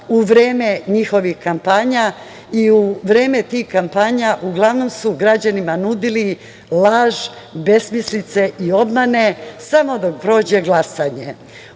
u vreme njihovih kampanja i u vreme tih kampanja uglavnom su građanima nudili laž, besmislice i obmane, samo dok prođe glasanje.